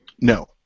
No